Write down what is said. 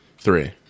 Three